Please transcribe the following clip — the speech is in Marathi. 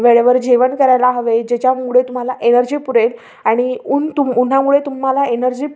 वेळेवर जेवण करायला हवे आहे ज्याच्यामुळे तुम्हाला एनर्जी पुरेल आणि ऊन तुम् उन्हामुळे तुम्हाला एनर्जी